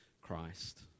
Christ